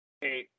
Hey